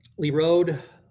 lee road,